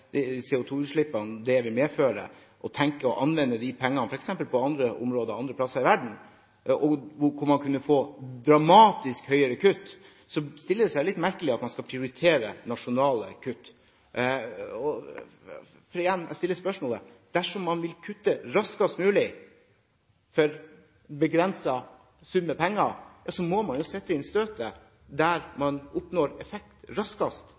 de CO2-utslippene det vil medføre, og tenker å anvende de pengene f.eks. på andre områder andre steder i verden, hvor man kunne fått dramatisk høyere kutt, er det litt merkelig at man skal prioritere nasjonale kutt. Jeg stiller spørsmålet igjen: Dersom man vil kutte raskest mulig for en begrenset sum med penger, må man jo sette inn støtet der man oppnår effekt raskest.